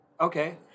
Okay